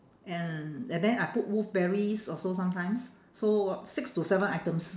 and and then I put wolfberries also sometimes so six to seven items